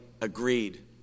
agreed